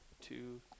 two